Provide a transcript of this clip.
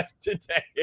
today